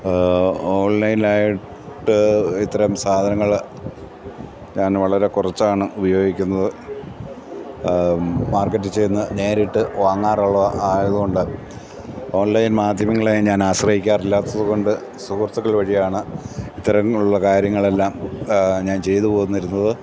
ഓൺലൈനായിട്ട് ഇത്തരം സാധനങ്ങള് ഞാൻ വളരെ കുറച്ചാണ് ഉപയോഗിക്കുന്നത് മാർക്കറ്റില് ചെന്ന് നേരിട്ട് വാങ്ങാറുള്ളതായതുകൊണ്ട് ഓൺലൈൻ മാധ്യമങ്ങളെ ഞാൻ ആശ്രയിക്കാറില്ലാത്തതുകൊണ്ടും സുഹൃത്തുക്കൾ വഴിയാണ് ഇത്തരത്തിലുള്ള കാര്യങ്ങളെല്ലാം ഞാൻ ചെയ്തുപോന്നിരുന്നത്